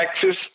Texas